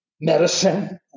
medicine